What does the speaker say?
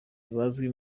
bazwi